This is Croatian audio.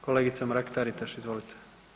Kolegica Mrak TAritaš, izvolite.